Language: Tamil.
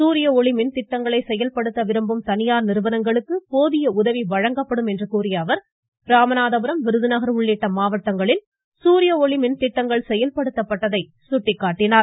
சூரியஒளி மின்திட்டங்களை செயல்படுத்தும் தனியார் நிறுவனங்களுக்கு போதிய உதவி வழங்கப்படும் என்று கூறிய அவர் ராமநாதபுரம் விருதுநகர் உள்ளிட்ட மாவட்டங்களில் சூரியஒளி மின் திட்டங்கள் செயல்படுத்தப்பட்டதை சுட்டிக்காட்டினார்